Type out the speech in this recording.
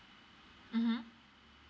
mmhmm